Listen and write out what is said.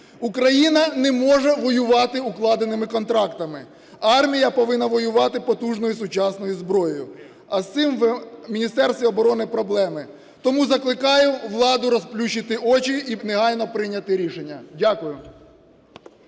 Україна не може воювати укладеними контрактами, армія повинна воювати потужною сучасною зброєю, а з цим в Міністерстві оборони проблеми. Тому закликаю владу розплющити очі і негайно прийняти рішення. Дякую.